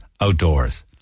outdoors